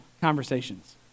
conversations